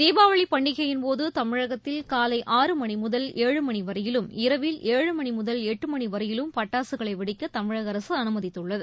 தீபாவளி பண்டிகையின்போது தமிழகத்தில் காலை ஆறு மணி முதல் ஏழு மணி வரையிலும் இரவில் ஏழு மணி முதல் எட்டு மணி வரையிலும் பட்டாசுகளை வெடிக்க தமிழக அரசு அனுமதித்துள்ளது